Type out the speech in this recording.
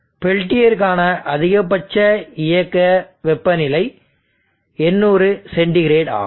பெல்டியர்க்கான அதிகபட்ச இயக்க வெப்பநிலை 800 சென்டிகிரேட் ஆகும்